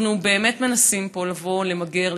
אנחנו באמת מנסים פה לבוא למגר,